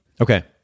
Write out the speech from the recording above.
Okay